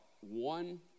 one